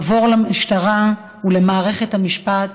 עבור למשטרה ולמערכת המשפט